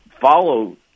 follow